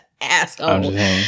asshole